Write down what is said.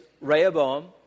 Rehoboam